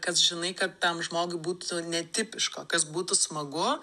kas žinai kad tam žmogui būtų netipiško kas būtų smagu